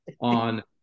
on